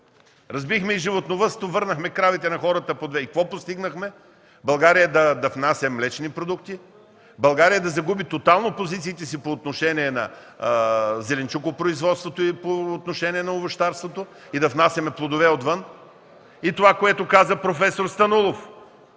Разбихме и животновъдството, върнахме по две кравите на хората и какво постигнахме? България да внася млечни продукти, да загуби тотално позициите си по отношение на зеленчукопроизводството и по отношение на овощарството и да внасяме плодове отвън и, това, което каза проф. Станилов